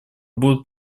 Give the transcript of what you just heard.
будут